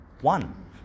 one